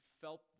felt